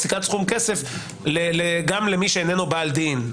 פסיקת סכום כסף גם למי שאיננו בעל דין,